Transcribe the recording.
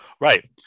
Right